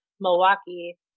Milwaukee